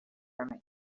from